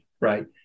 right